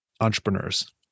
entrepreneurs